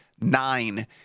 nine